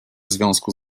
związku